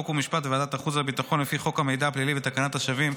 חוק משפט וועדת החוץ והביטחון לפי חוק המידע הפלילי ותקנת השבים,